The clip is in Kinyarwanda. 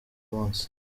munsi